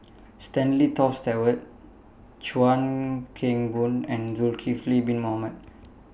Stanley Toft Stewart Chuan Keng Boon and Zulkifli Bin Mohamed